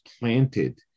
planted